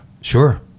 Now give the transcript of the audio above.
sure